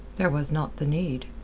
there was not the need.